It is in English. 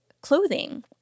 clothing